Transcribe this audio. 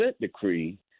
decree